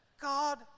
God